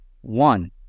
one